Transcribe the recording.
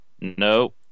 no